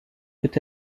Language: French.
peut